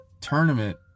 tournament